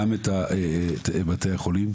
גם את בתי החולים,